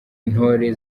intore